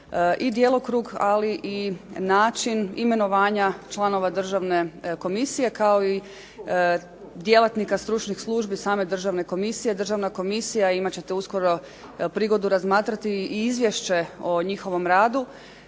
i djelokrug, ali i način imenovanja članova državne komisije kao i djelatnika stručnih službi same državne komisije. Državna komisija, imat ćete uskoro prigodu razmatrati i izvješće o njihovom radu.